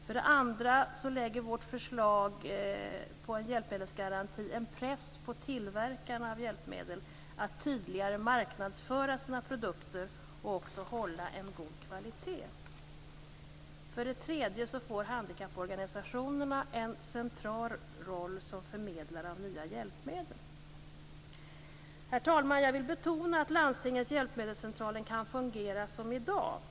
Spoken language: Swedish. För det andra sätter vårt förslag på en hjälpmedelsgaranti en press på tillverkarna av hjälpmedel att tydligare marknadsföra sina produkter och också hålla en god kvalitet. För det tredje får handikapporganisationerna en central roll som förmedlare av nya hjälpmedel. Herr talman! Jag vill betona att landstingens hjälpmedelscentraler kan fungera som i dag.